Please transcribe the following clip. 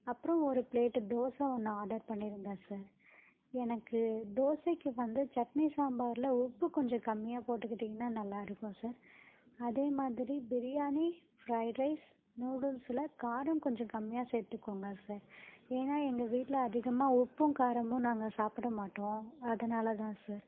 அப்புறோம் ஒரு பிளேட்டு தோசை ஒன்று ஆர்டர் பண்ணியிருந்தேன் சார் எனக்கு தோசைக்கு வந்து சட்னி சாம்பாரில் உப்பு கொஞ்சம் கம்மியாக போட்டுக்கிட்டிங்கன்னால் நல்லாயிருக்கும் சார் அதே மாதிரி பிரியாணி ஃப்ரைட் ரைஸ் நூடுல்ஸில் காரம் கொஞ்சம் கம்மியாக சேர்த்துக்கோங்க சார் ஏன்னா எங்கள் வீட்டில் அதிகமாக உப்பும் காரமும் நாங்கள் சாப்பிட மாட்டோம் அதனால் தான் சார்